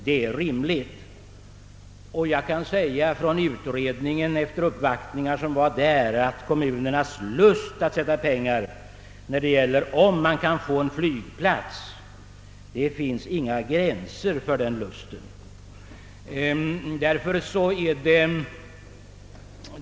Efter alla de uppvaktningar från kommunernas sida som gjorts hos utredningen kan jag försäkra att kommunernas lust att satsa pengar, om de kan få en flygplats, är enorm.